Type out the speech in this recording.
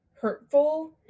hurtful